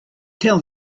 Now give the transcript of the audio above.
tell